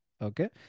Okay